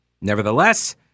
Nevertheless